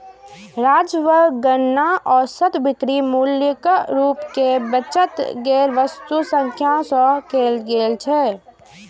राजस्वक गणना औसत बिक्री मूल्यक रूप मे बेचल गेल वस्तुक संख्याक सं कैल जाइ छै